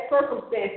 circumstances